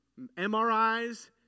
MRIs